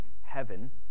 heaven